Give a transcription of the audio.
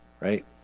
right